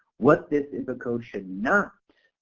what this input code should not